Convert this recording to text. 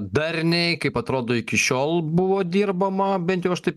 darniai kaip atrodo iki šiol buvo dirbama bent jau aš taip